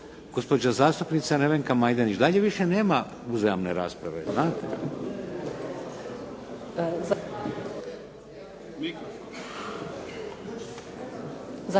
Gospođa zastupnica Nevenka Majdenić. Dalje više nema uzajamne rasprave znate.